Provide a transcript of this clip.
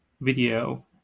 video